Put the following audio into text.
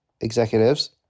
executives